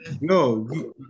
No